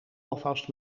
alvast